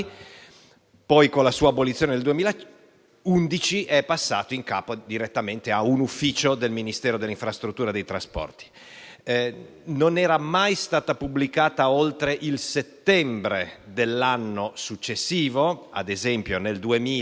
poi, con la sua abolizione del 2011, è passata in capo direttamente a un ufficio del Ministero delle infrastrutture e dei trasporti. Tale relazione non era mai stata pubblicata oltre il settembre dell'anno successivo: ad esempio,